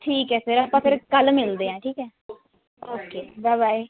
ਠੀਕ ਹੈ ਫਿਰ ਆਪਾਂ ਫਿਰ ਕੱਲ੍ਹ ਮਿਲਦੇ ਹਾਂ ਠੀਕ ਹੈ ਓਕੇ ਬਾ ਬਾਏ